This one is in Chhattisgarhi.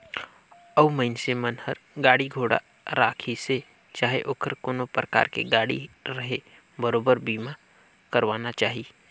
अउ मइनसे मन हर गाड़ी घोड़ा राखिसे चाहे ओहर कोनो परकार के गाड़ी रहें बरोबर बीमा करवाना चाही